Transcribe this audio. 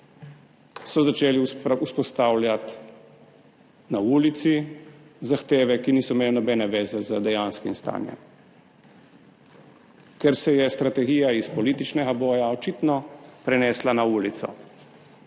začeli vzpostavljati na ulici zahteve, ki niso imele nobene veze z dejanskim stanjem, ker se je strategija iz političnega boja očitno prenesla na ulico